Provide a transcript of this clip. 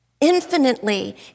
infinitely